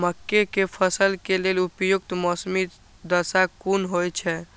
मके के फसल के लेल उपयुक्त मौसमी दशा कुन होए छै?